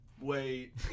wait